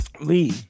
Lee